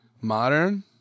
modern